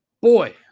Boy